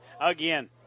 again